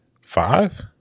Five